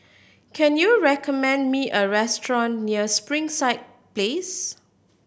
can you recommend me a restaurant near Springside Place